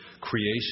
creation